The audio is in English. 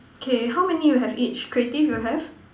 K how many you have each creative you have